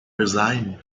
resign